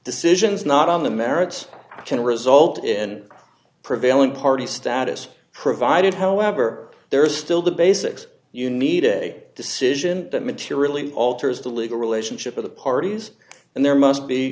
decisions not on the merits can result in prevailing party status provided however there is still the basics you need a decision that materially alters the legal relationship of the parties and there must be